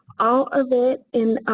all of it in